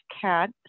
cat